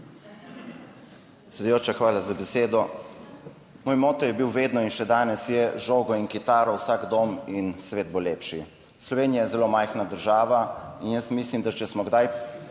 Predsedujoča, hvala za besedo. Moj moto je bil vedno in še danes je žogo in kitaro v vsak dom in svet bo lepši. Slovenija je zelo majhna država in jaz mislim, da če smo kdaj